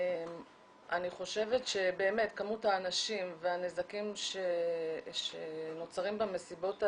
אני חושבת שבאמת כמות האנשים והנזקים שנוצרים במסיבות האלה,